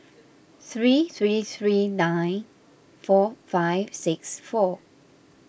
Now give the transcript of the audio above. three three three nine four five six four